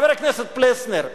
חבר הכנסת פלסנר,